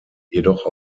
jedoch